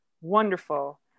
Wonderful